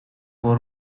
for